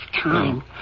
time